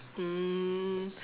mm